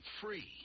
free